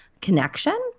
connection